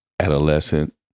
adolescent